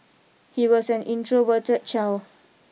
he was an introverted child